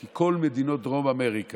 כי כל מדינות דרום אמריקה